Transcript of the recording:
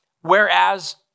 whereas